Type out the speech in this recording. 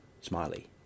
Smiley